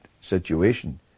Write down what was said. situation